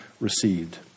received